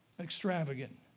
extravagant